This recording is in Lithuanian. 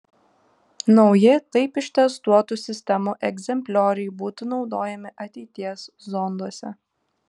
nauji taip ištestuotų sistemų egzemplioriai būtų naudojami ateities zonduose